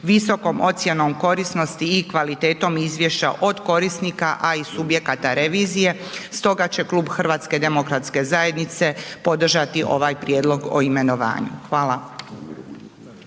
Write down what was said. visokom ocjenom korisnosti i kvalitetom izvješća od korisnika a i subjekata revizije. Stoga će klub HDZ-a podržati ovaj Prijedlog o imenovanju. Hvala.